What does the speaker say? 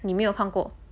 你没有看过